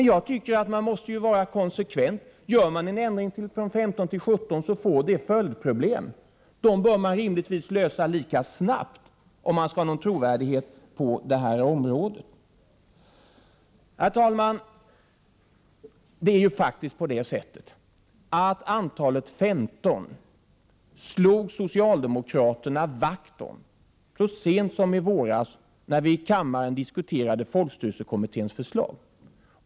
Jag tycker att man måste vara konsekvent. Genomför man en ändring från 15 till 17, så blir det följdproblem. Dessa bör man rimligtvis lösa lika snabbt, om man skall vinna trovärdighet på detta område. Herr talman! Det är faktiskt på det sättet att antalet 15 slog socialdemokraterna vakt om så sent som i våras, när vi i kammaren diskuterade folkstyrelsekommitténs förslag.